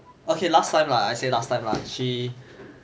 okay last time lah I say last time lah she